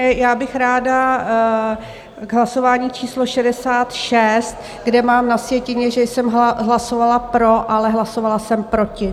Já bych ráda k hlasování číslo 66, kde mám na sjetině, že jsem hlasovala pro, ale hlasovala jsem proti.